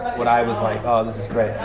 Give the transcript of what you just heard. when i was like ah this is great,